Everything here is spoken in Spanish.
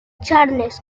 charles